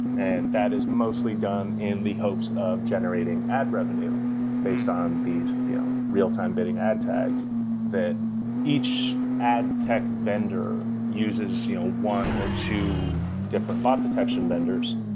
and that is mostly done in the hopes of generating ad revenue based on these you know real time betting ad tags that each ad tech vendor uses you know one or two different bot detection vendors.